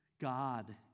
God